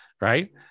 Right